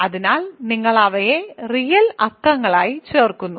അതിനാൽ നിങ്ങൾ അവയെ റിയൽ അക്കങ്ങളായി ചേർക്കുന്നു